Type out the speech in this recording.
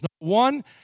One